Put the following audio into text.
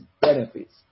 benefits